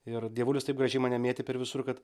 ir dievulis taip gražiai mane mėtė per visur kad